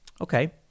Okay